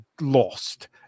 lost